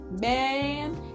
Man